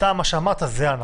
מה שאתה אמרת זה הנכון.